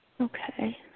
Okay